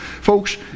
Folks